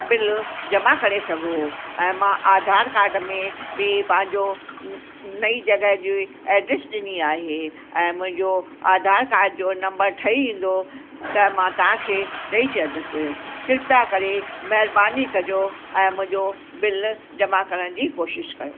bill जमा करे सघो ऐं मां आधार कार्ड में बि पंहिंजो नई जॻहि जी एड्रेस ॾिनी आहे ऐं मुंहिंजो आधार कार्ड जो नम्बर ठही ईंदो त मां तव्हांखे ॾेई छॾंदसि कृप्या करे महिरबानी कजो ऐं मुंहिंजो बिल जमा करण जी कोशिशि कयो